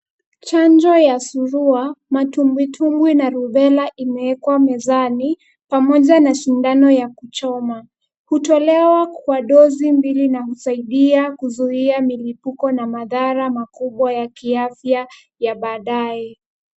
Chanjo ya surua, matumbutumbwi na rubela imewekwa mezani pamoja na sindano ya kuchoma. Kutolewa kwa dozi mbili na kusaidia mlipuko na madhara makubwa ya kiafya ya baadaye.